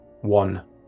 one